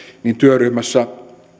ja työryhmässä